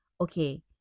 okay